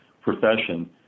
profession